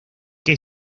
que